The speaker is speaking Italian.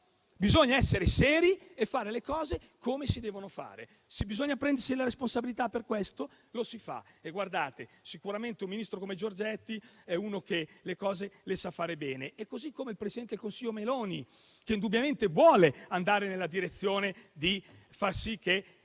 bisogna essere seri e fare le cose come si devono fare. Bisogna prendersi la responsabilità per questo? Lo si fa e sicuramente un Ministro come Giorgetti le cose le sa fare bene, così come il presidente del Consiglio Meloni, che indubbiamente vuole andare nella direzione di far sì che